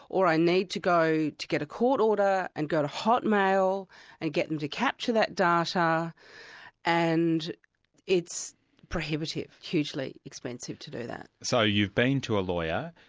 or i need to go to get a court order and go to hotmail and get them to capture that data and it's prohibitive, hugely expensive to do that. so you've been to a lawyer?